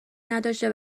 نداشته